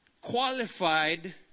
qualified